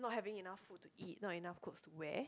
not having enough food to eat not enough clothes to wear